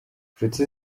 nshuti